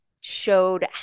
showed